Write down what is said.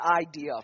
idea